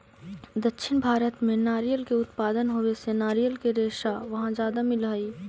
दक्षिण भारत में नारियर के उत्पादन होवे से नारियर के रेशा वहाँ ज्यादा मिलऽ हई